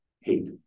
hate